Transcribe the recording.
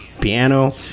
Piano